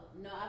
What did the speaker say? No